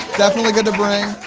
definitely good to bring.